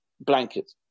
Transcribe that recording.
blanket